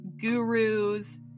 gurus